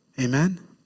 Amen